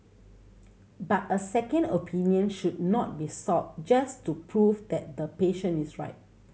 but a second opinion should not be sought just to prove that the patient is right